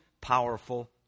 powerful